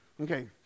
Okay